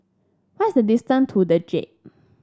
what's the distance to the Jade